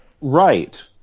Right